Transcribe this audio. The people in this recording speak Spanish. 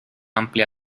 amplia